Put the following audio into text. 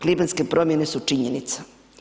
Klimatske promjene su činjenica.